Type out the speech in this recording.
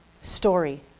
story